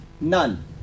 None